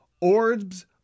orbs